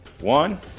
one